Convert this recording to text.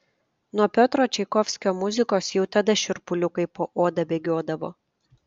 nuo piotro čaikovskio muzikos jau tada šiurpuliukai po oda bėgiodavo